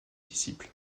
disciple